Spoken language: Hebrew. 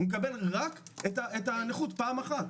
הוא מקבל רק את הנכות פעם אחת.